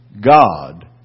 God